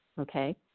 Okay